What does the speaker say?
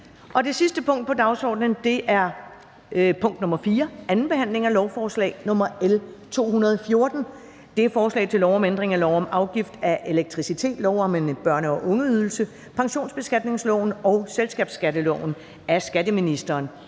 Det sidste punkt på dagsordenen er: 4) 2. behandling af lovforslag nr. L 214: Forslag til lov om ændring af lov om afgift af elektricitet, lov om en børne- og ungeydelse, pensionsbeskatningsloven og selskabsskatteloven. (Nedsættelse